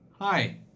Hi